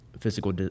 physical